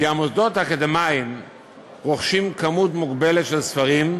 כי המוסדות האקדמיים רוכשים כמות מוגבלת של ספרים,